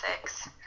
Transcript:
six